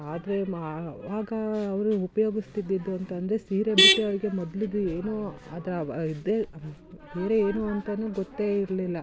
ಆದರೆ ಅವಾಗ ಅವರು ಉಪಯೋಗಿಸ್ತಿದ್ದಿದ್ದು ಅಂತಂದರೆ ಸೀರೆ ಬಿಟ್ಟರೆ ಅವ್ರಿಗೆ ಮೊದ್ಲಿದ್ದು ಏನು ಆತ ಇದ್ದೆ ಬೇರೆ ಏನು ಅಂತಾ ಗೊತ್ತೇ ಇರಲಿಲ್ಲ